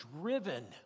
driven